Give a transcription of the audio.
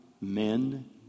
men